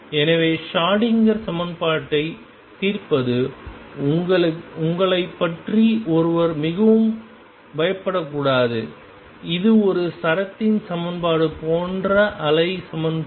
எனவே Schrodinger Schrödinger சமன்பாட்டைத் தீர்ப்பது உங்களைப் பற்றி ஒருவர் மிகவும் பயப்படக்கூடாது இது ஒரு சரத்தின் சமன்பாடு போன்ற அலை சமன்பாடு